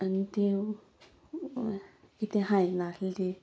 आनी तीं कितें खायना आसली